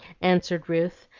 answered ruth,